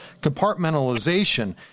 compartmentalization